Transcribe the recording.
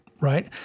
right